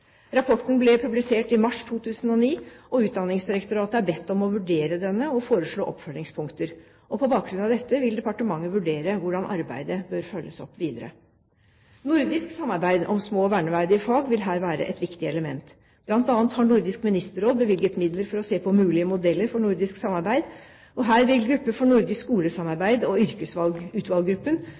Rapporten ble publisert i mars 2009, og Utdanningsdirektoratet er bedt om å vurdere denne og foreslå oppfølgingspunkter. På bakgrunn av dette vil departementet vurdere hvordan arbeidet bør følges opp videre. Nordisk samarbeid om små og verneverdige fag vil her være et viktig element. Blant annet har Nordisk Ministerråd bevilget midler for å se på mulige modeller for nordisk samarbeid. Her vil en gruppe for nordisk skolesamarbeid og